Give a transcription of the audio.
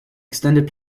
extended